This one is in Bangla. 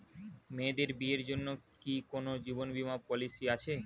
মেয়েদের বিয়ের জন্য কি কোন জীবন বিমা পলিছি আছে?